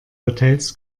hotels